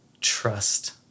trust